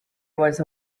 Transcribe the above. was